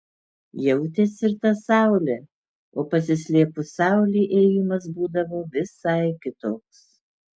jautėsi ir ta saulė o pasislėpus saulei ėjimas būdavo visai kitoks